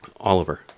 Oliver